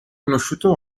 conosciuto